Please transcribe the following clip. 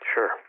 Sure